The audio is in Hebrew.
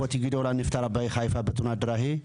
אחותי הגדולה נפטרה בחיפה בתאונת דרכים,